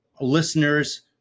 listeners